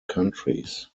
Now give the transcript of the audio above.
countries